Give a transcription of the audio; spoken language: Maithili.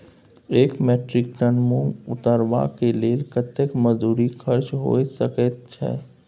एक मेट्रिक टन मूंग उतरबा के लेल कतेक मजदूरी खर्च होय सकेत छै?